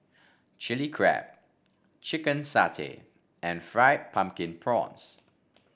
Chili Crab Chicken Satay and Fried Pumpkin Prawns